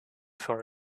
for